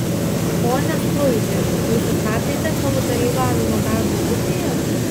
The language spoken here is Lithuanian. pone skruibi jūs sustabdėte savo dalyvavimą darbo grupėje